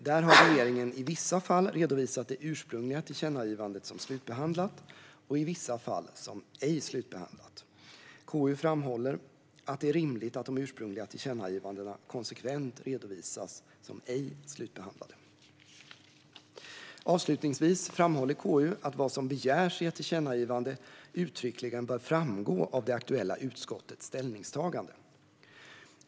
Där har regeringen i vissa fall redovisat det ursprungliga tillkännagivandet som slutbehandlat och i vissa fall som ej slutbehandlat. KU framhåller att det är rimligt att de ursprungliga tillkännagivandena konsekvent redovisas som ej slutbehandlade. Avslutningsvis framhåller KU att vad som begärs i ett tillkännagivande uttryckligen bör framgå av det aktuella utskottets ställningstagande.